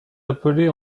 appelée